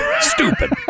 Stupid